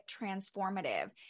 transformative